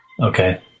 Okay